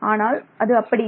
ஆனால் அது அப்படி இல்லை